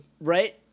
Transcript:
right